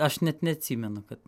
aš net neatsimenu kad